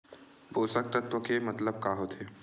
पोषक तत्व के मतलब का होथे?